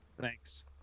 Thanks